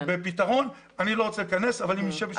אני לא רוצה להיכנס לזה.